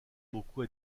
beaucoup